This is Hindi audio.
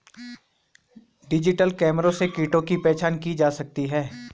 डिजिटल कैमरा से कीटों की पहचान की जा सकती है